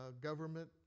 government